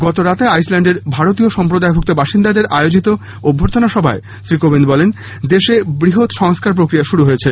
গতরাতে আইসল্যান্ডের ভারতীয় সম্প্রদায়ভুক্ত বাসিন্দাদের আয়োজিত অভ্যর্থনা সভায় শ্রী কোবিন্দ বলেন দেশে বৃহত্ সংস্কার প্রক্রিয়া শুরু হয়েছে